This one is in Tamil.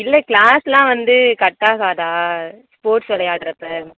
இல்லை க்ளாஸ் எல்லாம் வந்து கட் ஆகாதா ஸ்போர்ட்ஸ் விளையாடுறப்ப